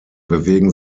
bewegen